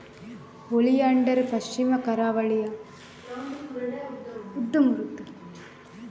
oleander ಪಶ್ಚಿಮ ಕರಾವಳಿಯ ಭೂ ದೃಶ್ಯಗಳು ಮತ್ತು ಬೆಚ್ಚಗಿನ ಹವಾಮಾನಕ್ಕೆ ಸೂಕ್ತವಾದ ಪೊದೆ ಸಸ್ಯವಾಗಿದೆ